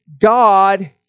God